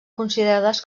considerades